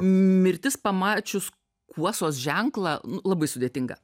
mirtis pamačius kuosos ženklą nu labai sudėtinga